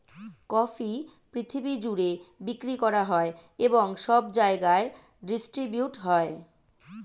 coffee পৃথিবী জুড়ে বিক্রি করা হয় এবং সব জায়গায় ডিস্ট্রিবিউট হয়